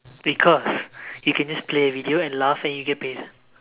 because you can just play a video and laugh and you get paid